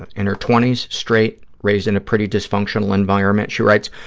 and in her twenty s, straight, raised in a pretty dysfunctional environment. she writes,